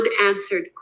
unanswered